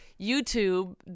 YouTube